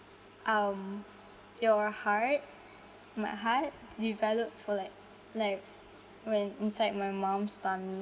um your heart my heart developed for like like when inside my mum's tummy